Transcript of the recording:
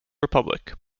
republic